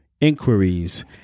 inquiries